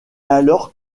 alors